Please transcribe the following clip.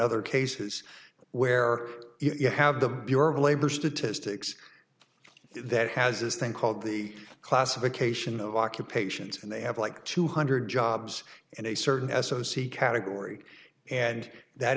other cases where you have the bureau of labor statistics that has this thing called the classification of occupations and they have like two hundred jobs and a certain s o c category and that